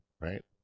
right